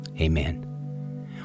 Amen